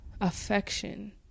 affection